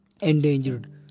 endangered